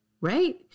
Right